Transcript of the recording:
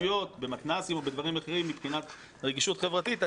במתנ"סים או במקומות אחרים מבחינת הרגישות החברתית,